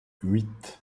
huit